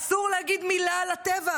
אסור להגיד מילה על הטבח,